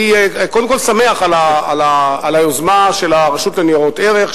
אני קודם כול שמח על היוזמה של הרשות לניירות ערך,